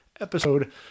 episode